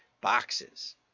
boxes